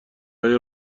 های